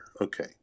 Okay